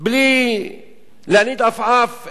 בלי להניד עפעף.